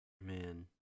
Man